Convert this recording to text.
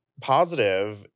positive